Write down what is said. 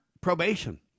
probation